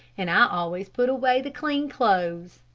and i always put away the clean clothes.